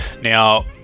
Now